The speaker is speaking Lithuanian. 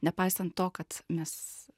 nepaisant to kad mes